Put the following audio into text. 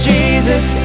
Jesus